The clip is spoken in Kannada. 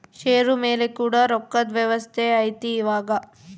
ಷೇರು ಮೇಲೆ ಕೂಡ ರೊಕ್ಕದ್ ವ್ಯವಸ್ತೆ ಐತಿ ಇವಾಗ